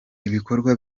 ibikorwa